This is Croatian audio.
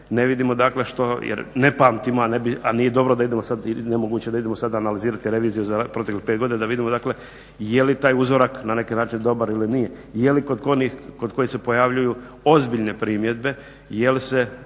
ne vidimo, dakle što jer ne pamtimo a nije dobro da idemo sad, nemoguće je da idemo sad analizirati reviziju za proteklih pet godina da vidimo dakle je li taj uzorak na neki način dobar ili nije, je li kod onih kod kojih se pojavljuju ozbiljne primjedbe jel' se